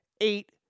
eight